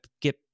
get